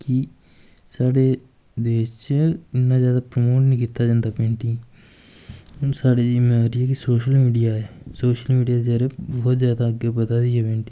कि साढ़े देश च इन्ना जैदा प्रमोट निं कीता जंदा पेंटिंग गी हून साढ़े जियां मर्जी कि सोशल मीडिया ऐ सोशल मीडिया दे जरिये बोह्त जैदा अग्गैं बधा दी ऐ पेंटिंग